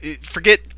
Forget